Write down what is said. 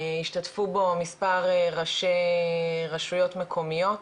השתתפו בו מספר ראשי רשויות מקומיות,